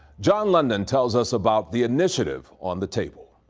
john london tells us about the initiative on the table.